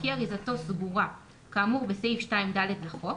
וכי אריזתו סגורה כאמור בסעיף 2(ד) לחוק,